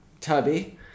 Tubby